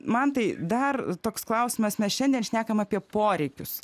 mantai dar toks klausimas mes šiandien šnekam apie poreikius